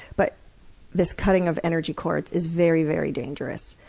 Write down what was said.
but this cutting of energy cords is very, very dangerous.